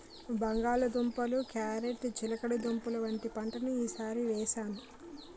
బంగాళ దుంపలు, క్యారేట్ చిలకడదుంపలు వంటి పంటలను ఈ సారి వేసాను